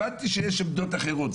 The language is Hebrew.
הבנתי שיש עמדות אחרות.